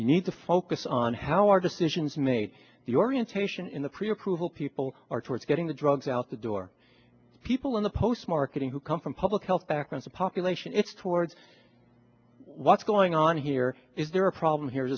you need to focus on how are decisions made the orientation in the pre approval people or towards getting the drugs out the door people in the post marketing who come from public health backgrounds population it's towards what's going on here is there a problem here